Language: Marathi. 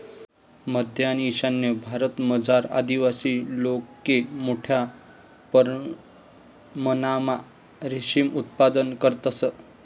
मध्य आणि ईशान्य भारतमझार आदिवासी लोके मोठा परमणमा रेशीम उत्पादन करतंस